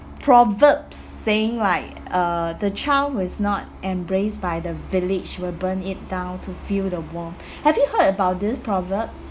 proverb saying like uh the child who is not embraced by the village will burn it down to feel the warmth have you heard about this proverb